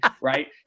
Right